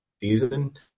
season